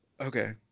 Okay